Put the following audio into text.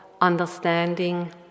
understanding